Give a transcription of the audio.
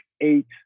eight